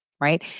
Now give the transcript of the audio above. right